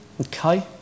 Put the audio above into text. Okay